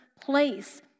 place